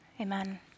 amen